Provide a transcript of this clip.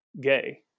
gay